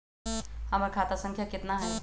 हमर खाता संख्या केतना हई?